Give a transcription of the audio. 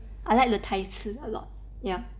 I like the 台词 a lot ya